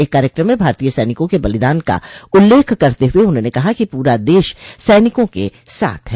एक कार्यक्रम में भारतीय सैनिकों के बलिदान का उल्लेख करते हुए उन्होंने कहा कि पूरा देश सैनिकों के साथ है